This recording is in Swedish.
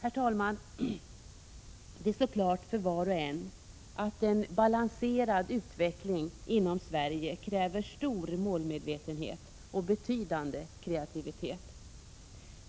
Herr talman! Det står klart för var och en att en balanserad utveckling inom Sverige kräver stor målmedvetenhet och betydande kreativitet.